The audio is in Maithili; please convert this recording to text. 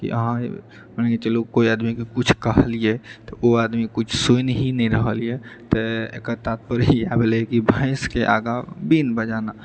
कि अहाँ मानि लिअऽ चलू कोइ आदमीके किछु कहलिऐ तऽ ओ आदमी किछु सुनि ही नहि रहल यऽ तऽ एकर तात्पर्य इएह भेलै कि भैंसके आगाँ बीन बजाना